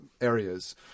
areas